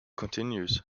continues